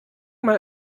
mal